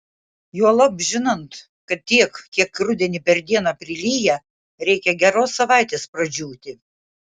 juolab žinant kad tiek kiek rudenį per dieną prilyja reikia geros savaitės pradžiūti